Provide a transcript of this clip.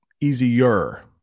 easier